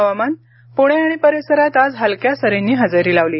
हवामान प्णे आणि परिसरात आज हलक्या सरींनी हजेरी लावली